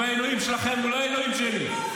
והאלוהים שלכם הוא לא האלוהים שלי,